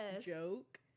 joke